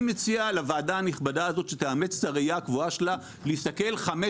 אני מציע לוועדה הנכבדה הזאת שתאמץ את הראייה הקבועה שלה להסתכל 15,